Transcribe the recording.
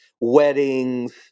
weddings